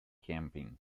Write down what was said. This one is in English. camping